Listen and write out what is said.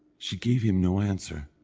she gave him no answer.